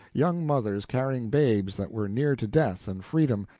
young mothers carrying babes that were near to death and freedom,